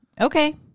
Okay